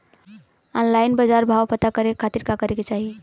Online बाजार भाव पता करे के खाती का करे के चाही?